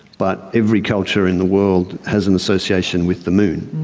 but every culture in the world has an association with the moon.